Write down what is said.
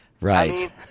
Right